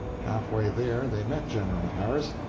halfway there they met general harris,